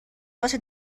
واسه